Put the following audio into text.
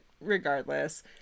regardless